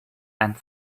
and